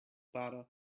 pare